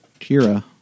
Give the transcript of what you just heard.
Kira